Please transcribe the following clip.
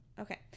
Okay